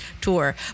tour